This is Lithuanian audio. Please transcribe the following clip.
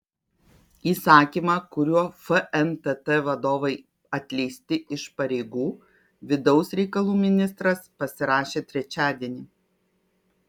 įsakymą kuriuo fntt vadovai atleisti iš pareigų vidaus reikalų ministras pasirašė trečiadienį